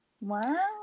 Wow